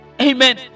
amen